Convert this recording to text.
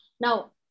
Now